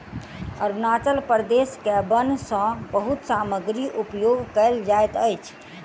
अरुणाचल प्रदेश के वन सॅ बहुत सामग्री उपयोग कयल जाइत अछि